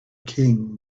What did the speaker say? king